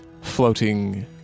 floating